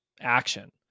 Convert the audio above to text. action